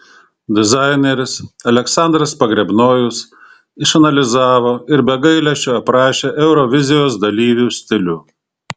dizaineris aleksandras pogrebnojus išanalizavo ir be gailesčio aprašė eurovizijos dalyvių stilių